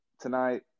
tonight